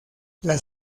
las